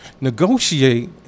negotiate